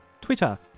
Twitter